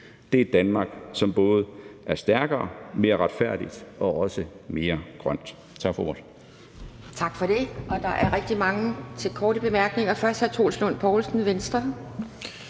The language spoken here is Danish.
er et Danmark, som både er stærkere, mere retfærdigt og også mere grønt. Tak for ordet.